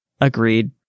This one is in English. Agreed